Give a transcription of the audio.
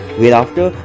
whereafter